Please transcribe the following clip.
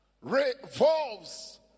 revolves